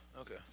okay